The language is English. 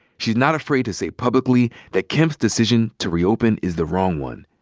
she's not afraid to say publicly that kemp's decision to reopen is the wrong one.